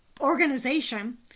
organization